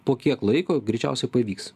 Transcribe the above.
po kiek laiko greičiausia pavyks